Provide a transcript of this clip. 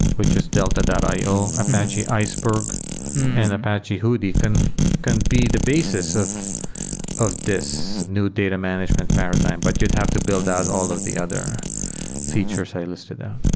which is delta io, apache iceberg and apache hudi can can be the basis of of this new data management paradigm, but you'd have to build out all of the other features i listed out.